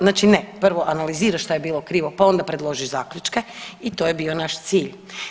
Znači ne, prvo analiziraš što je bilo krivo, pa onda predložiš zaključke i to je bio naš cilj.